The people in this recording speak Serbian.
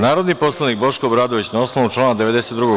Narodni poslanik Boško Obradović, na osnovu člana 92.